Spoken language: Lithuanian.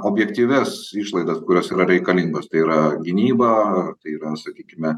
objektyvias išlaidas kurios yra reikalingos tai yra gynyba tai yra sakykime